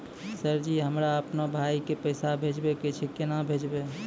Sir ji हमरा अपनो भाई के पैसा भेजबे के छै, केना भेजबे?